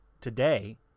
today